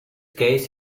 case